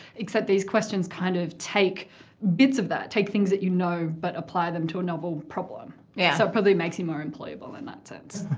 except these questions kind of take bits of that, take things that you know, but apply them to a novel problem. yeah. so it probably makes you more employable in that sense.